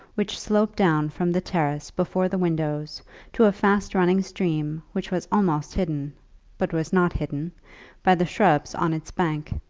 which sloped down from the terrace before the windows to a fast-running stream which was almost hidden but was not hidden by the shrubs on its bank.